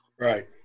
right